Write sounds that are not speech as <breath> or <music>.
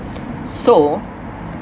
<breath> so